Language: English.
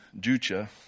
Jucha